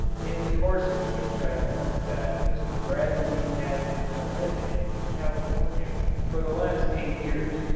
in the course of which i learnt that mr. bradley has been a resident in california for the last eight years,